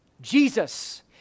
Jesus